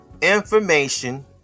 information